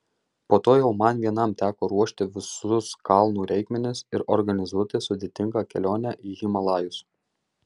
po to jau man vienam teko ruošti visus kalnų reikmenis ir organizuoti sudėtingą kelionę į himalajus